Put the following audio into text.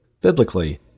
Biblically